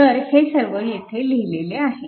तर हे सर्व येथे लिहिलेले आहे